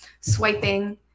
swiping